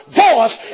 voice